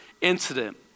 incident